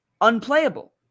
Unplayable